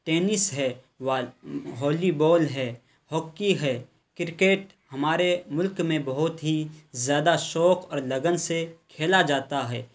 tennis ہے volleyball ہے hockey ہے کرکٹ ہمارے ملک میں بہت ہی زیادہ شوق اور لگن سے کھیلا جاتا ہے